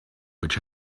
which